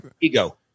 ego